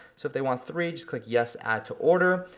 so if they want three, just click yes, add to order.